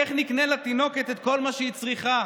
איך נקנה לתינוקת את כל מה שהיא צריכה?